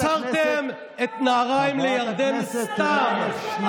מסרתם את נהריים לירדן סתם,